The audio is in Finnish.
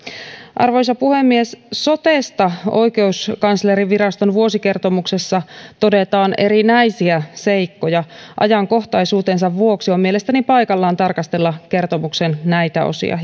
arvoisa puhemies sotesta oikeuskanslerinviraston vuosikertomuksessa todetaan erinäisiä seikkoja ajankohtaisuutensa vuoksi on mielestäni paikallaan hieman tarkastella kertomuksen näitä osia